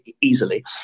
easily